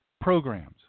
programs